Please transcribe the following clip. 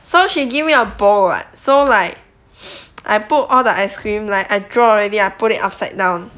so she give me a bowl [what] so like I put all the ice cream like I draw already I put it upside down